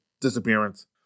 disappearance